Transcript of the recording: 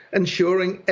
ensuring